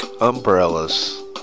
umbrellas